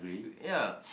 ya